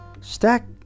Stack